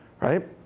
Right